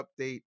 update